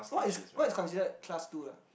what is what is considered class two ah